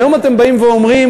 היום אתם באים ואומרים: